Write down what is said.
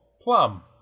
Plum